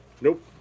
Nope